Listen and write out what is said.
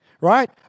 right